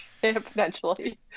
potentially